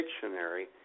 dictionary